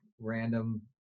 random